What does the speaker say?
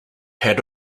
had